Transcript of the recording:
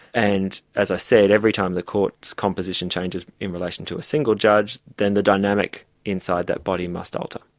and as i said, every time the court's composition changes in relation to a single judge, then the dynamic inside that body must alter.